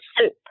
soup